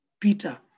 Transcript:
Peter